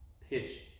pitch